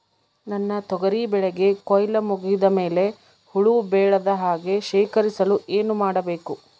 ನನ್ನ ತೊಗರಿ ಬೆಳೆಗೆ ಕೊಯ್ಲು ಮುಗಿದ ಮೇಲೆ ಹುಳು ಬೇಳದ ಹಾಗೆ ಶೇಖರಿಸಲು ಏನು ಮಾಡಬೇಕು?